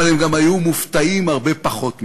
אבל הם גם היו מופתעים הרבה פחות מאתנו.